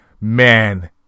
man